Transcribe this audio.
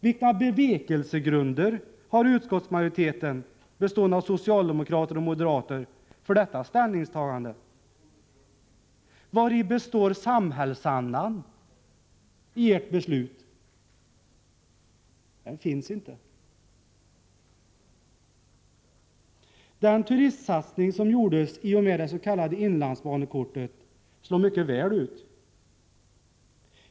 Vilka bevekelsegrunder har utskottsmajoriteten bestående av socialdemokrater och moderater för detta ställningstagande? Vari består samhällsandan i ert beslut? Den finns inte. Den turistsatsning som gjordes i och med det s.k. inlandsbanekortet slog mycket väl ut.